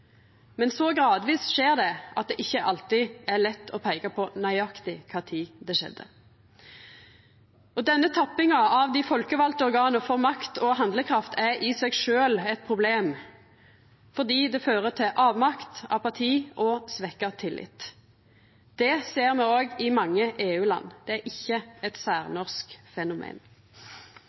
men så gradvis skjer det at det ikkje alltid er lett å peika på nøyaktig kva tid det skjedde. Denne tappinga av dei folkevalde organa for makt og handlekraft er i seg sjølv eit problem fordi det fører til avmakt, apati og svekt tillit. Det ser me òg i mange EU-land. Det er ikkje eit særnorsk fenomen.